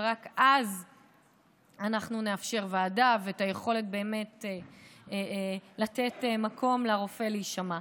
ורק אז אנחנו נאפשר ועדה ואת היכולת באמת לתת מקום לרופא להישמע.